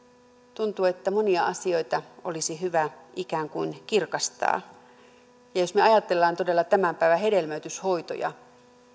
tuntuu että monia asioita olisi hyvä ikään kuin kirkastaa jos me ajattelemme todella tämän päivän hedelmöityshoitoja